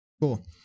cool